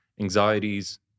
anxieties